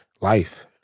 life